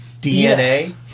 DNA